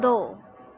दो